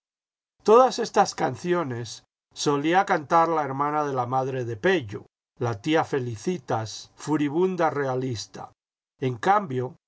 todas esas canciones solía cantar la hermana de la madre de pello la tía felicitas furibunda realista en cambio